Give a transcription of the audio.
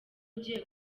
ugiye